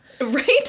Right